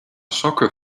soccer